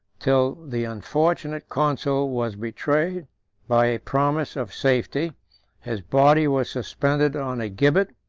till the unfortunate consul was betrayed by a promise of safety his body was suspended on a gibbet,